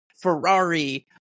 Ferrari